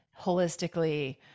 holistically